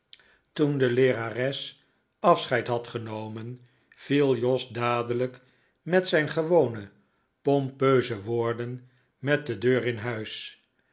toen de leerares afscheid had genomen viel jos dadelijk met zijn gewone pompeuze woorden met de deur in huis